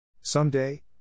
Someday